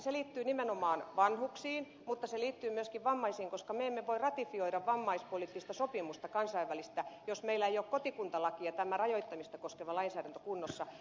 se liittyy nimenomaan vanhuksiin mutta se liittyy myöskin vammaisiin koska me emme voi ratifioida kansainvälistä vammaispoliittista sopimusta jos meillä eivät ole kotikuntalaki ja tämä rajoittamista koskeva lainsäädäntö kunnossa